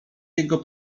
jego